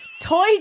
Toy